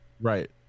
Right